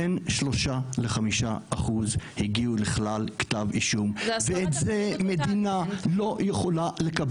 בין 3% ל- 5% הגיעו לכלל כתב אישום ואת זה מדינה לא יכולה.